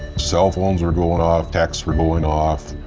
cell phones were going off, texts were going off.